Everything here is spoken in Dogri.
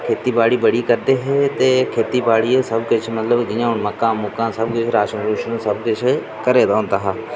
खेती बाड़ी बड़ी करदे हे ते खेती बाड़ी गै सब किश मतलव मक्कां मुक्कां सब केछ राशन सब किश घरै दा होंदा हा